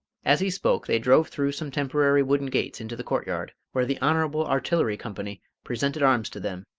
as he spoke they drove through some temporary wooden gates into the courtyard, where the honourable artillery company presented arms to them,